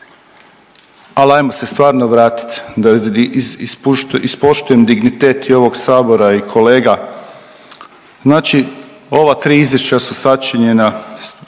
Ali ajmo se stvarno vratiti da ispoštujem dignitet i ovog sabora i kolega. Znači ova tri izvješća su sačinjena,